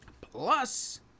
Plus